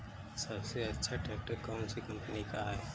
सबसे अच्छा ट्रैक्टर कौन सी कम्पनी का है?